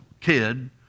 kid